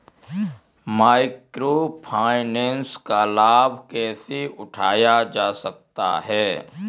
Micro finance का लाभ कैसे उठाया जा सकता है?